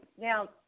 Now